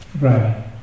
Right